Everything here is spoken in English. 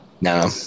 No